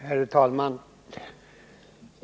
Herr talman!